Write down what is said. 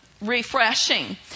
refreshing